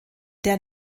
der